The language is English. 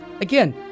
again